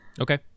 Okay